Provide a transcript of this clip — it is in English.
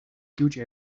huge